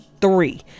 three